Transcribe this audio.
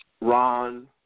Ron